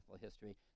history